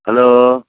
hello